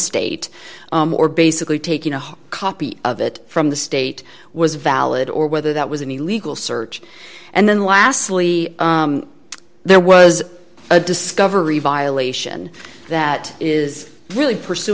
state or basically taking a copy of it from the state was valid or whether that was an illegal search and then lastly there was a discovery violation that is really pursu